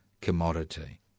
commodity